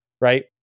right